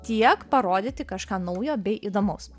tiek parodyti kažką naujo bei įdomaus